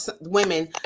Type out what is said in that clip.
women